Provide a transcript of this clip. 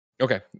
okay